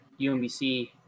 UMBC